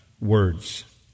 words